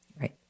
Right